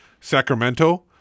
Sacramento